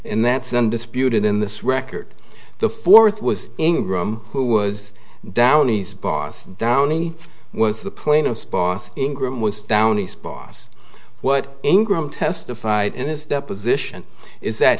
and that's undisputed in this record the fourth was ingram who was downey's boss downey was the plaintiff's boss ingram was downey's boss what ingram testified in his deposition is that